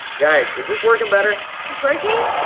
guys, is this working better? this working?